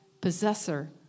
possessor